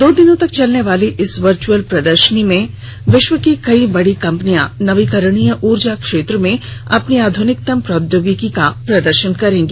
दो दिन तक चलने वाली इस वर्च्यअल प्रदर्शनी में विश्व की कई बड़ी कम्पनियां नवीकरणीय ऊर्जा क्षेत्र में अपनी आधूनिकतम प्रौद्योगिकी का प्रदर्शन करेंगी